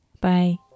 Bye